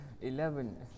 eleven